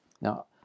Now